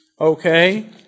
okay